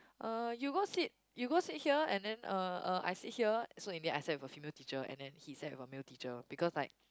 uh you go sit you go sit here and then uh uh I sit here so in the end I sat with a female teacher and then he sat with a male teacher because like